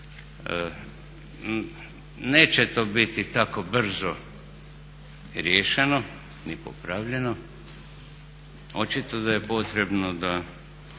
Neće to biti tako brzo riješeno ni popravljeno. Očito da je potrebno da